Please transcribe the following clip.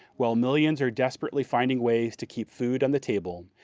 while millions are desperately finding ways to keep food on the table,